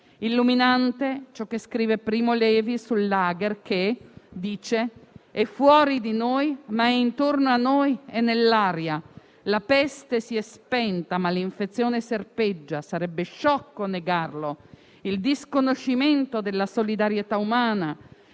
Illuminante ciò che scrive Primo Levi sul *lager* che - dice - «è fuori di noi, ma è intorno a noi, è nell'aria. La peste si è spenta, ma l'infezione serpeggia: sarebbe sciocco negarlo. […] Il disconoscimento della solidarietà umana,